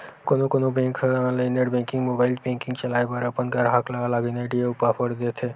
कोनो कोनो बेंक ह online net banking, mobile banking चलाए बर अपन गराहक ल लॉगिन आईडी अउ पासवर्ड देथे